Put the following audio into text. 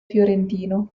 fiorentino